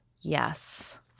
Yes